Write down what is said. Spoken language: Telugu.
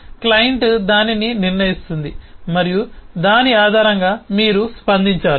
క్లయింట్ దానిని నిర్ణయిస్తుంది మరియు దాని ఆధారంగా మీరు స్పందించాలి